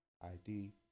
ID